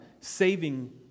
saving